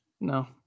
No